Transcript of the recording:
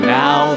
now